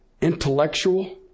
intellectual